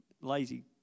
lazy